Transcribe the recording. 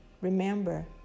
Remember